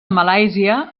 malàisia